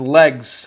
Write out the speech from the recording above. legs